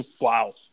Wow